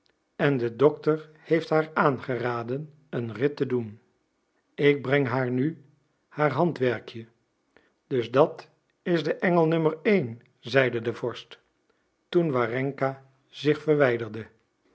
en de dokter heeft haar aangeraden een rit te doen ik breng haar nu haar handwerkje dus dat is de engel nummer één zeide de vorst toen warenka zich verwijderde